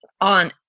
on